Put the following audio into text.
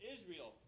Israel